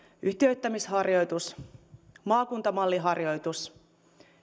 yhtiöittämisharjoitus maakuntamalliharjoitus